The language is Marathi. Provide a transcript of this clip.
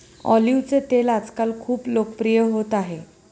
ऑलिव्हचे तेल आजकाल खूप लोकप्रिय होत आहे